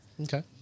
Okay